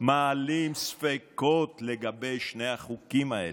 מעלים ספקות לגבי שני החוקים האלה,